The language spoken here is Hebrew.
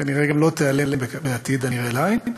וכנראה גם לא תיעלם בעתיד הנראה לעין,